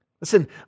Listen